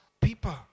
people